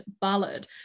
ballad